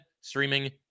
streaming